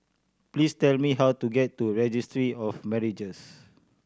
please tell me how to get to Registry of Marriages